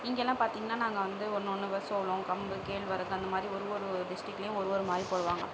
இங்கெல்லாம் பார்த்தீங்கனா நாங்கள் வந்து ஒன்று ஒன்று சோளம் கம்பு கேழ்வரகு அந்தமாதிரி ஒரு ஒரு டிஸ்ட்ரிக்லேயும் ஒரு ஒரு மாதிரி போடுவாங்க